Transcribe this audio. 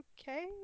okay